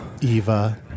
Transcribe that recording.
Eva